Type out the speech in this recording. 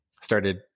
started